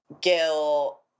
gil